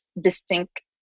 distinct